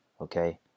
Okay